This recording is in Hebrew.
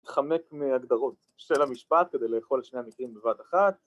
‫מתחמק מהגדרות של המשפט ‫כדי לאכול את שני המקרים בבת אחת...